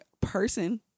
person